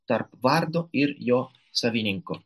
tarp vardo ir jo savininko